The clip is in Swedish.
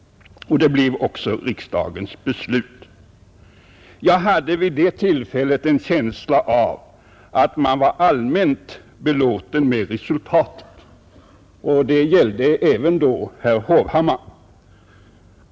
Det blev också Jag hade vid det tillfället en känsla av att man var allmänt belåten med resultatet. Det gällde då även herr Hovhammar.